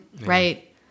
Right